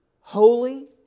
holy